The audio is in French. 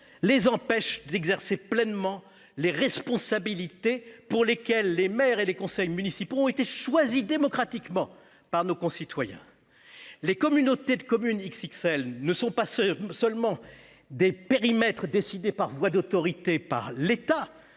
les empêchent d'exercer pleinement les responsabilités pour lesquelles les maires et les conseils municipaux ont été choisis démocratiquement par nos concitoyens. Les communautés de communes XXL ne sont pas seulement des périmètres décidés par voie d'autorité par l'État